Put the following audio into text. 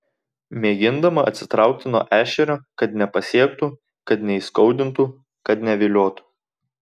mėgindama atsitraukti nuo ešerio kad nepasiektų kad neįskaudintų kad neviliotų